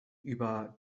über